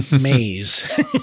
maze